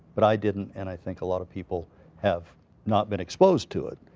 but i didn't, and i think a lot of people have not been exposed to it.